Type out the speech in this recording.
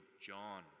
John